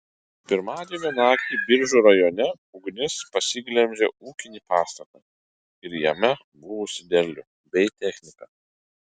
pirmadienio naktį biržų rajone ugnis pasiglemžė ūkinį pastatą ir jame buvusį derlių bei techniką